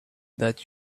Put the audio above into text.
that